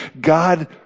God